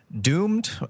Doomed